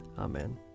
Amen